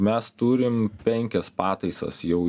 mes turim penkias pataisas jau